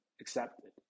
accepted